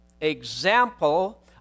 example